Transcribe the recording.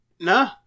No